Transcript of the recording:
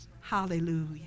Hallelujah